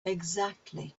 exactly